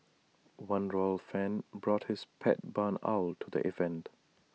one royal fan brought his pet barn owl to the event